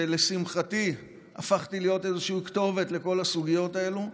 ולשמחתי הפכתי להיות איזושהי כתובת לכל הסוגיות האלו,